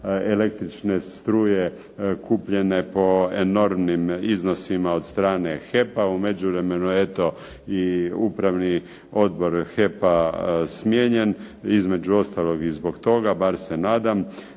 električne struje kupljene po enormnim iznosima od strane HEP-a. U međuvremenu eto i Upravni odbor HEP-a smijenjen, između ostalog i zbog toga, bar se nadam.